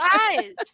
eyes